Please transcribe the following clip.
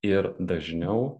ir dažniau